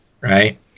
right